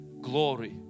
glory